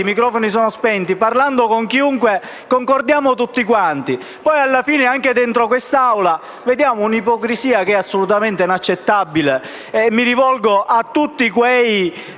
i microfoni sono spenti, parlando con chiunque, concordiamo tutti quanti, però poi, alla fine, anche dentro questa Assemblea, vediamo una ipocrisia assolutamente inaccettabile. Mi rivolgo a tutti quei